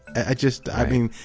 i just, i mean,